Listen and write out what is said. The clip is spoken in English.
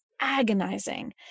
agonizing